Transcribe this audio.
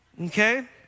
Okay